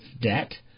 debt